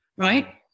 Right